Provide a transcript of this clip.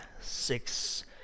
six